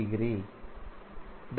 e